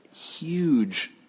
huge